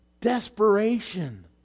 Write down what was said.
desperation